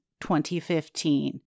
2015